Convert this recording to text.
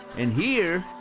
and here,